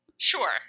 sure